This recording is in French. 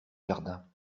jardin